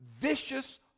vicious